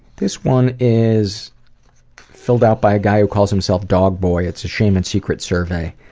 this one is filled out by a guy who calls himself dog boy. it's a shame and secret survey,